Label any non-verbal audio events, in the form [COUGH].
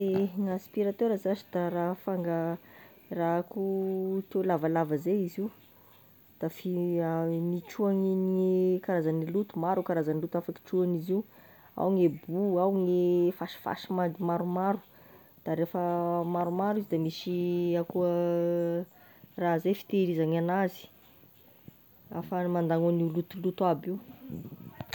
Ehe gn'aspiratera zashy da raha fanga- raha akoa tuyau lavalava zay izy io, da fihy a- gn'hitrohagny gne karazagny loto maro gne karazagny loto afaky trohagn'izy io, ao gne bo, ao gne fasifasy mandy maromaro, de rehefa maromaro izy de misy akoa [HESITATION] raha zay fitehirizagny anazy, afahagny mandagno an'io lotoloto aby io.